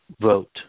vote